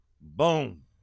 Boom